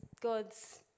God's